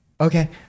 okay